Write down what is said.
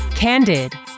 Candid